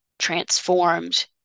transformed